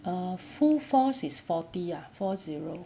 err full force is forty lah four zero